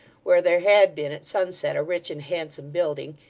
where there had been at sunset a rich and handsome building,